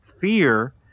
fear